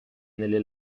nelle